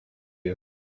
you